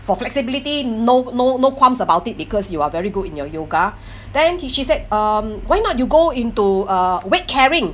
for flexibility no no no qualms about it because you are very good in your yoga then she she said um why not you go into uh weight carrying